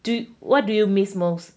do what do you miss most